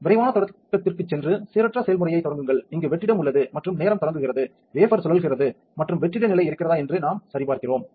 விரைவான தொடக்கத்திற்குச் சென்று சீரற்ற செயல்முறையைத் தொடங்குங்கள் இங்கு வெற்றிடம் உள்ளது மற்றும் நேரம் தொடங்குகிறது வேஃபர் சுழல்கிறது மற்றும் வெற்றிட நிலை இருக்கிறதா என்று நாம் சரிபார்க்கிறோம்